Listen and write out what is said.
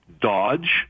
dodge